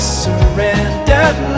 surrendered